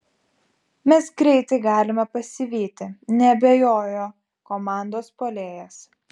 mes greitai galime pasivyti neabejojo komandos puolėjas